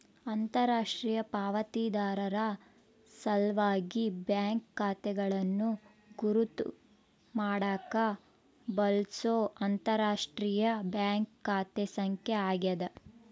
ಅಂತರರಾಷ್ಟ್ರೀಯ ಪಾವತಿದಾರರ ಸಲ್ವಾಗಿ ಬ್ಯಾಂಕ್ ಖಾತೆಗಳನ್ನು ಗುರುತ್ ಮಾಡಾಕ ಬಳ್ಸೊ ಅಂತರರಾಷ್ಟ್ರೀಯ ಬ್ಯಾಂಕ್ ಖಾತೆ ಸಂಖ್ಯೆ ಆಗ್ಯಾದ